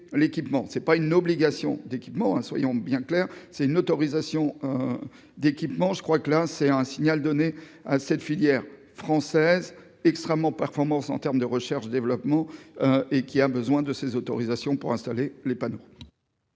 c'est pas une obligation d'équipement hein, soyons bien clairs, c'est une autorisation d'équipements, je crois que là c'est un signal donné à cette filière française extrêmement performance en terme de recherche développement et qui a besoin de ces autorisations pour installer les panneaux.